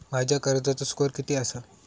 माझ्या कर्जाचो स्कोअर किती आसा?